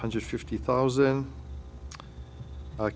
hundred fifty thousand